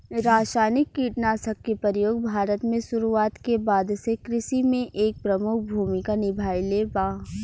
रासायनिक कीटनाशक के प्रयोग भारत में शुरुआत के बाद से कृषि में एक प्रमुख भूमिका निभाइले बा